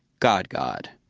god god.